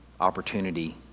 opportunity